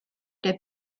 der